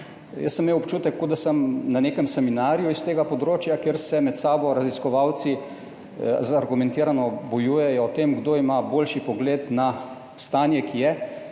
Jaz sem imel občutek, kot da sem na nekem seminarju iz tega področja, kjer se med sabo raziskovalci argumentirano bojujejo o tem, kdo ima boljši pogled na stanje ki je,